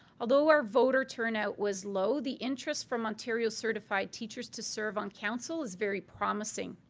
although our voter turnout was low, the interest from ontario certified teachers to serve on council was very promising.